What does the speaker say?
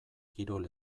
kirol